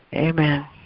amen